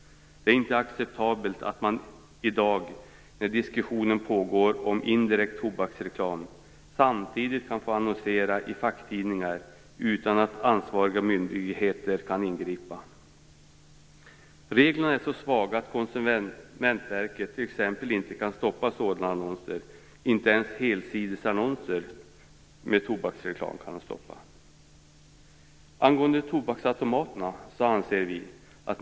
Det är inte acceptabelt att man i dag, när diskussionen pågår om indirekt tobaksreklam, kan få annonsera i facktidningar utan att ansvariga myndigheter kan ingripa. Reglerna är så svaga att t.ex. Konsumentverket inte kan stoppa sådana annonser. Man kan inte ens stoppa helsidesannonser.